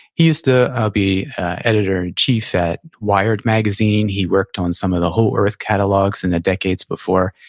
he used to be editor-in-chief at wired magazine, he worked on some of the whole earth catalogs in the decades before,